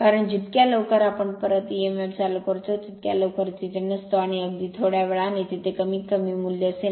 कारण जितक्या लवकर आम्ही परत emf चालू करतो तितक्या लवकर तिथे नसतो आणि अगदी थोड्या वेळाने तिथे कमीतकमी मूल्य असेल